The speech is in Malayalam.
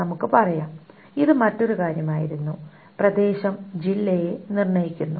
നമുക്ക് പറയാം ഇത് മറ്റൊരു കാര്യമായിരുന്നു പ്രദേശം ജില്ലയെ നിർണ്ണയിക്കുന്നു